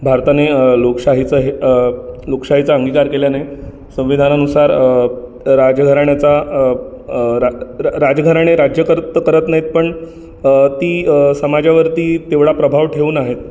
भारताने लोकशाहीचा हे लोकशाहीचा अंगीकार केल्याने संविधानानुसार राजघराण्याचा रा राज् राजघराणे राज्य कर करत नाईत पण ती समाजावरती तेवढा प्रभाव ठेऊन आहेत